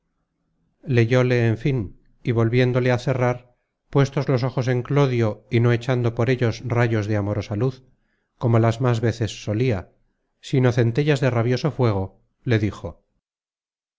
el cabo leyóle en fin y volviéndole á cerrar puestos los ojos en clodio y no echando por ellos rayos de amorosa luz como las más veces solia sino centellas de rabioso fuego le dijo